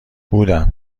بودم